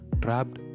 Trapped